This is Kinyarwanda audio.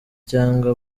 cyangwa